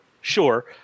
sure